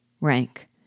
Rank